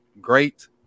great